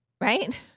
right